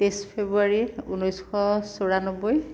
তেইছ ফেব্ৰুৱাৰী ঊনৈছশ চৌৰানব্বৈ